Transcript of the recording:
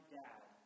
dad